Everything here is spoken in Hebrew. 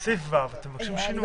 בסעיף (ו) אתם מבקשים שינוי.